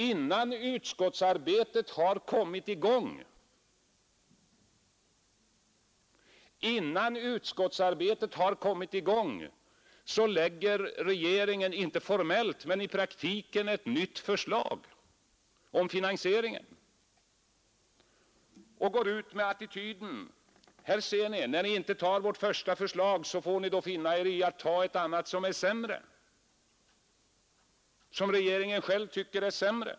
Innan utskottsarbetet har kommit i gång lägger regeringen — inte formellt, men i praktiken — fram ett nytt förslag till finansiering och går ut med attityden: Här ser ni hur det blir, när ni inte tog vårt första förslag — då får ni finna er i att ta ett annat förslag, som t.o.m. regeringen själv tycker är sämre!